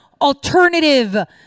alternative